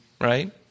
right